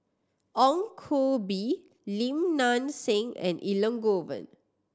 Ong Koh Bee Lim Nang Seng and Elangovan